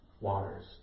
waters